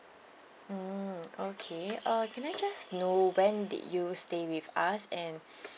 mm okay uh can I just know when did you stayed with us and